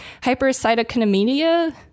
hypercytokinemia